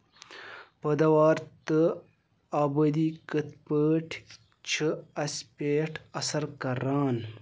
پٲداوار تہٕ آبٲدی کِتھ پٲٹھۍ چھِ اَسہِ پٮ۪ٹھ اَثر کران